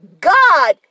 god